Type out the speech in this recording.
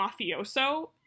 mafioso